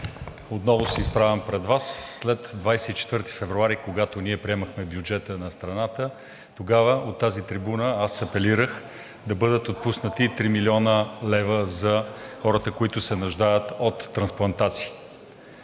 Отново се изправям пред Вас след 24 февруари, когато ние приемахме бюджета на страната. Тогава от тази трибуна аз апелирах да бъдат отпуснати 3 млн. лв. за хората, които се нуждаят от трансплантации.